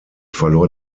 verlor